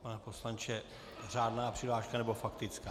Pane poslanče, řádná přihláška, nebo faktická?